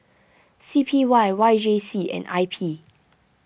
C P Y Y J C and I P